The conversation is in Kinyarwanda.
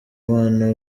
mubano